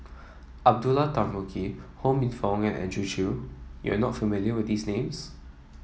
Abdullah Tarmugi Ho Minfong and Andrew Chew you are not familiar with these names